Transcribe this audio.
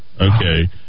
Okay